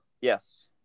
Yes